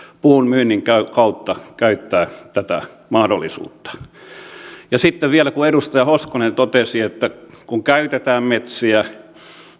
puun myynnin kautta käyttää tätä mahdollisuutta sitten vielä kun edustaja hoskonen totesi että kun käytetään metsiä